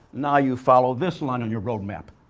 now, you follow this line on your roadmap.